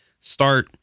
Start